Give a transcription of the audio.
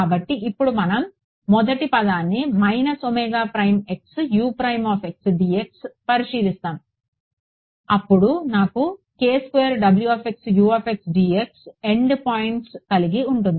కాబట్టి ఇప్పుడు మనం మొదటి పదాన్ని పరిశీలిస్తాము అప్పుడు నాకు ఎండ్ పాయింట్స్ కలిగి ఉంటుంది